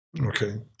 Okay